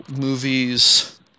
movies